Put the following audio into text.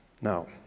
Now